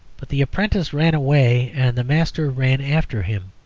but the apprentice ran away and the master ran after him.